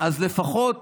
אז לפחות